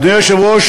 אדוני היושב-ראש,